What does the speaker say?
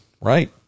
right